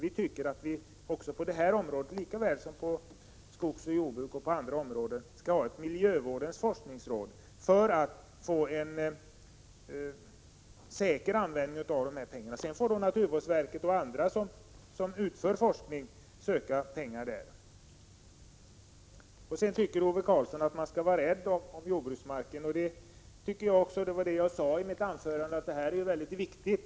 Vi anser att vi på detta område liksom på andra — exempelvis skogsoch jordbruksområdena — skall ha ett miljövårdens forskningsråd för att vara säkra på hur pengarna används. Sedan får naturvårdsverket och andra som utför forskningen söka pengar där. Ove Karlsson tycker att man skall vara rädd om jordbruksmarken. Det tycker jag också. Jag sade i mitt anförande att detta är mycket viktigt.